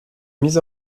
mises